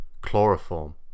chloroform